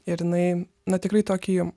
ir jinai na tikrai tokį im